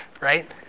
right